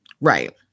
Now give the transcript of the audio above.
right